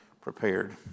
prepared